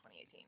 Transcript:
2018